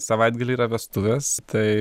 savaitgalį yra vestuvės tai